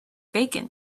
bacon